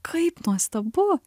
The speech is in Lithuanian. kaip nuostabu